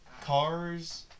Cars